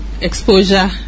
exposure